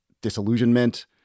disillusionment